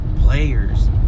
players